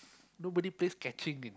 nobody plays catching in